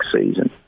season